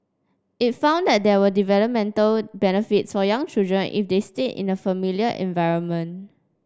it found that there were developmental benefits for young children if they stay in a familiar environment